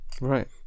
Right